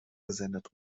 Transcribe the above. gesendet